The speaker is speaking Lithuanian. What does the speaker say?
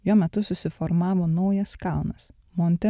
jo metu susiformavo naujas kalnas monte